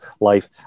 life